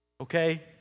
Okay